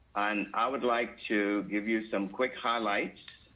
and i would like to give you some quick highlights